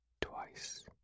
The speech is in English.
twice